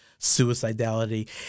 suicidality